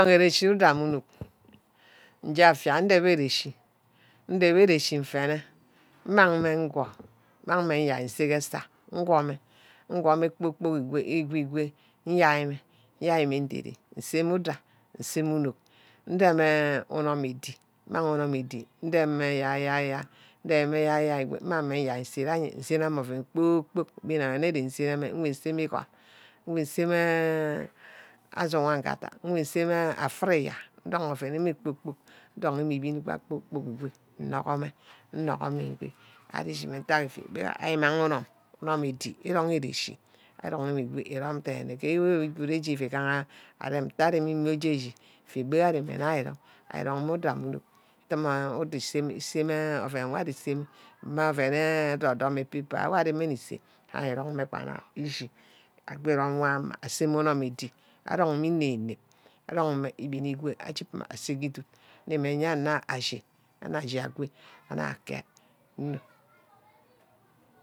Uda mme unork. nje affia ndep arechi. ndep arechi mfene. mmang mme ngwor, mmang mme nyai nse ke asa ngwor mme. ngwor mme kpor kpork ígo ígwe ígwe. nyai mme nderi. nseme udah. nseme unork. ndeme ya ya ya ndeme ya ya ngo mmang mme yerk nse. nsene mme oven kpor-kpork migane îge nsene mme. mvan seme îgon. m̂ven seme asuwogarda. mven sameh afriya. ndung oven ewe kpor-kpork. ndong me íbin ba kpor-kpork ngo. nnguhume. nnughume ngo ari chime ntagha efíbirah. îre imang unum. unum edi erong erashí. erong mme ígo erome deyne ke wor gure ejí uu gaha arem ke arom uda. mme unork. udum uda useme. useme oven wor ari seme. mme oven edom-dom paper wor arí mme nni ize. arí rong mme kpag nna ishi ago írom wor ama. asame unum Êdí. arong mme ínep-nep. arong mme íbeni ígo amang mme ase ke îdud. aremme ayanna wor achi. anug achi ago. anug aket Nno